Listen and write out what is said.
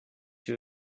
you